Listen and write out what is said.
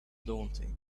daunting